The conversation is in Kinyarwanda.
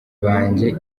banjye